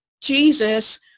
Jesus